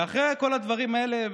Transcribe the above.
ואחרי כל הדברים האלה,